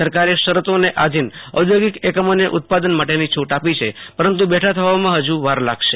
સરકારે શરતોને આધિન ઔદ્યોગિક એકમોને ઉત્પાદન માટેની છૂટ આપી છે પરંતુ બેઠા થવામાં હજુ વાર લાગશે